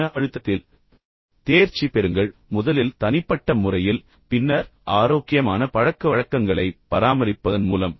மன அழுத்தத்தில் தேர்ச்சி பெறுங்கள் முதலில் தனிப்பட்ட முறையில் பின்னர் ஆரோக்கியமான பழக்கவழக்கங்களைப் பராமரிப்பதன் மூலம்